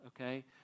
okay